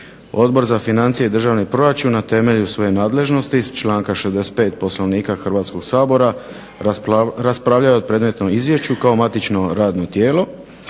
Odbor za financije i državni proračun na temelju svoje nadležnosti iz članka 65. Poslovnika Hrvatskog sabora raspravljao je o predmetnom izvješću kao matično radno tijelo.